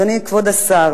אדוני, כבוד השר,